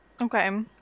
Okay